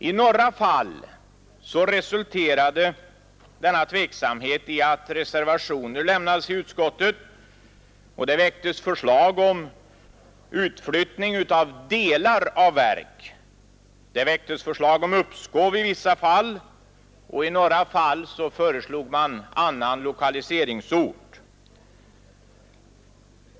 I några fall resulterade denna tveksamhet i att reservationer lämnades i utskottet, och det väcktes förslag om utflyttning av delar av verk, om uppskov i vissa fall och i några fall om annan lokaliseringsort.